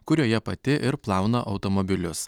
kurioje pati ir plauna automobilius